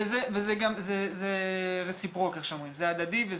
וזה הדדי.